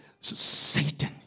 Satan